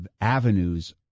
avenues